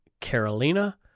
carolina